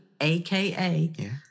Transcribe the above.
aka